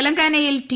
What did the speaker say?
തെലങ്കാനയിൽ ടി